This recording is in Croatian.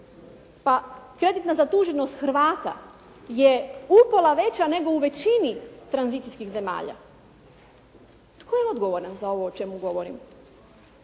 Pa kreditna zaduženost Hrvata je upola veća nego u većini tranzicijskih zemalja. Tko je odgovoran za ovo o čemu govorim?